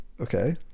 okay